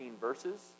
verses